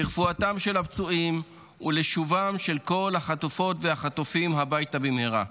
לרפואתם של הפצועים ולשובם של כל החטופות והחטופים הביתה במהרה.